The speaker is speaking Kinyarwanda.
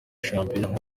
shampiyona